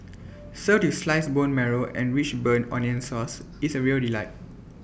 served with sliced bone marrow and rich burnt onion sauce it's A real delight